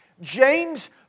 James